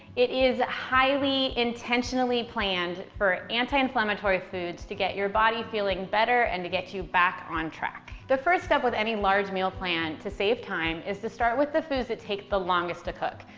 it is highly intentionally intentionally planned for anti-inflammatory foods to get your body feeling better and to get you back on track. the first step with any large meal plan to save time is to start with the foods that take the longest to cook.